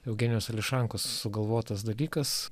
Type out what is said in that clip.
eugenijaus ališankos sugalvotas dalykas